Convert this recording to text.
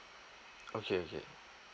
okay okay